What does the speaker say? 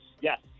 Yes